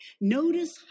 notice